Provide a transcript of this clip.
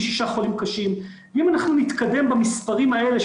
ואם אנחנו נתקדם במספרים האלה,